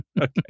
Okay